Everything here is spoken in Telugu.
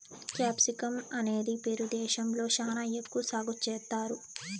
క్యాప్సికమ్ అనేది పెరు దేశంలో శ్యానా ఎక్కువ సాగు చేత్తారు